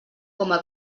coma